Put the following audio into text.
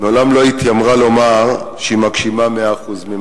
מעולם לא התיימרה לומר שהיא מגשימה 100% של מטרותיה.